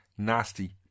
nasty